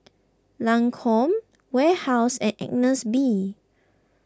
Lancome Warehouse and Agnes B